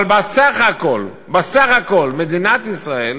אבל בסך הכול, מדינת ישראל